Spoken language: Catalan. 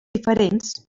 diferents